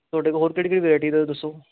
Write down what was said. ਤੁਹਾਡੇ ਕੋਲ ਹੋਰ ਕਿਹੜੀ ਕਿਹੜੀ ਵਰਾਇਟੀ ਦਾ ਦੱਸੋ